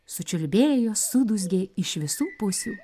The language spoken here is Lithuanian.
sučiulbėjo sudūzgė iš visų pusių